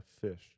fish